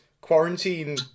quarantine